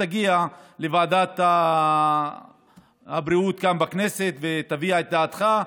תגיע לוועדת הבריאות כאן בכנסת ותביע את דעתך.